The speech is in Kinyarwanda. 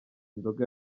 inzoga